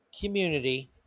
community